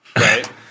right